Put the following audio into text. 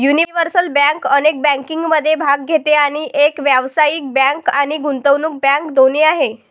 universal bank अनेक बँकिंगमध्ये भाग घेते आणि एक व्यावसायिक बँक आणि गुंतवणूक बँक दोन्ही आहे